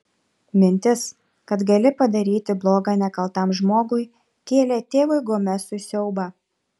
mintis kad gali padaryti bloga nekaltam žmogui kėlė tėvui gomesui siaubą